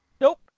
nope